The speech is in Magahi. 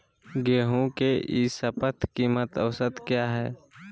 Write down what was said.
गेंहू के ई शपथ कीमत औसत क्या है?